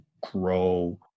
grow